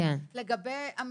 לגבי המחירון,